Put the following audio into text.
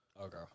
Okay